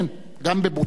כן, גם בבוטות.